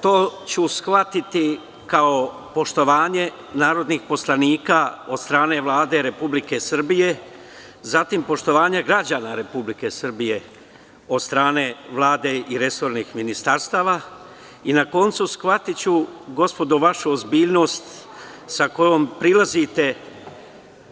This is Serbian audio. To ću shvatiti kao poštovanje narodnih poslanika od strane Vlade Republike Srbije, zatim poštovanje građana Republike Srbije od strane Vlade i resornih ministarstava i na koncu shvatiću, gospodo, vašu ozbiljnost sa kojom prilazite,